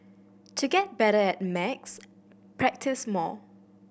to get better at maths practise more